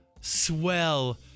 swell